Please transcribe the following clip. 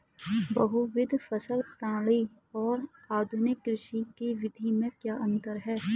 बहुविध फसल प्रणाली और आधुनिक कृषि की विधि में क्या अंतर है?